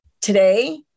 today